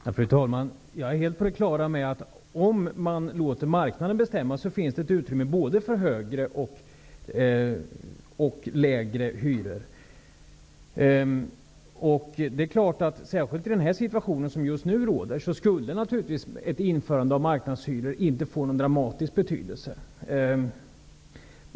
Fru talman! Jag är helt på det klara med att det, om man låter marknaden bestämma, finns ett utrymme för både högre och lägre hyror. Särskilt i den situation som just nu råder skulle naturligtvis ett införande av marknadshyror inte få någon dramatisk betydelse.